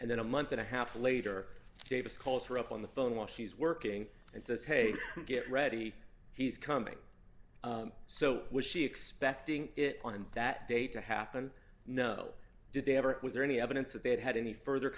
and then a month and a half later davis calls her up on the phone while she's working and says hey get ready he's coming so was she expecting it on that day to happen no did they ever was there any evidence that they had had any further